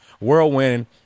whirlwind